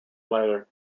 letter